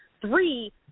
Three